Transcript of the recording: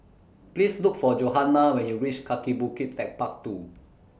Please Look For Johannah when YOU REACH Kaki Bukit Techpark two